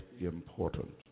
important